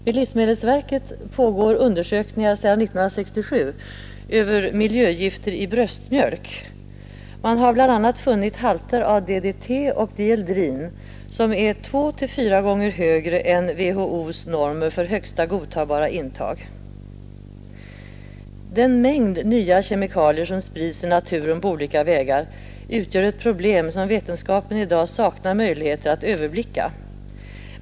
Vid livsmedelsverket pågår undersökningar sedan 1967 över miljögifter i bröstmjölk. Man har bl.a. funnit halter av DDT och dieldrin som är 2—4 gånger högre än WHO:s normer för högsta godtagbara intag. Den mängd nya kemikalier som sprids i naturen på olika vägar utgör ett problem som vetenskapen i dag saknar möjligheter att överblicka.